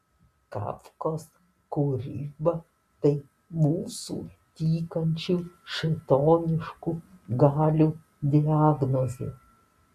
kafkos kūryba tai mūsų tykančių šėtoniškų galių diagnozė